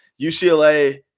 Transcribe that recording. UCLA